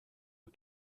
pas